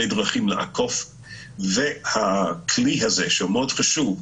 דרכים לעקוף והכלי הזה שהוא מאוד חשוב,